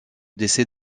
décès